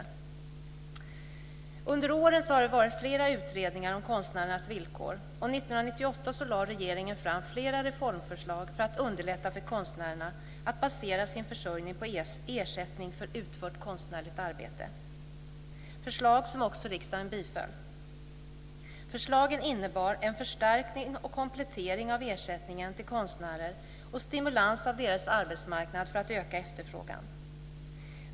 Under åren har det varit flera utredningar om konstnärernas villkor, och 1998 lade regeringen fram flera reformförslag för att underlätta för konstnärerna att basera sin försörjning på ersättning för utfört konstnärligt arbete. Det var förslag som också riksdagen biföll. Förslagen innebar en förstärkning och komplettering av ersättningen till konstnärer och stimulans av deras arbetsmarknad för att öka efterfrågan.